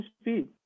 speed